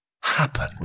happen